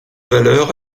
valeur